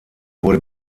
wurde